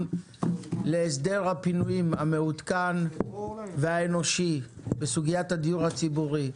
להסדר הפינויים המעודכן והאנושי של הדיור הציבורי.